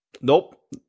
Nope